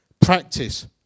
practice